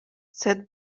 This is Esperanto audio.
sed